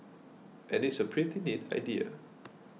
and it's a pretty neat idea